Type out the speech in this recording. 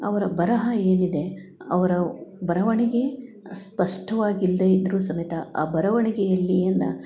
ಅವರ ಬರಹ ಏನಿದೆ ಅವರ ಬರವಣಿಗೆ ಸ್ಪಷ್ಟವಾಗಿಲ್ಲದೆ ಇದ್ದರು ಸಮೇತ ಆ ಬರವಣಿಗೆಯಲ್ಲಿನ